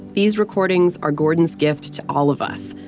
these recordings are gordon's gift to all of us